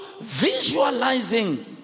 visualizing